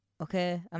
okay